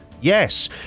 yes